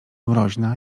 mroźna